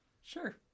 Sure